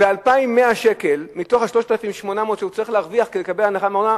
ו-2,100 שקל מתוך ה-3,800 שהוא צריך להרוויח כדי לקבל הנחה בארנונה,